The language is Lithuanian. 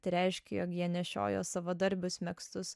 tai reiškia jog jie nešiojo savadarbius megztus